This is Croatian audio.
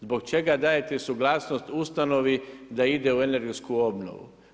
Zbog čega dajete suglasnost ustanovi da ide u energetsku obnovu?